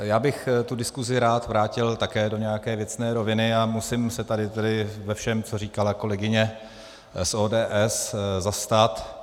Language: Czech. Já bych tu diskusi rád vrátil také do nějaké věcné roviny a musím se tady ve všem, co říkala, kolegyně z ODS zastat.